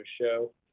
show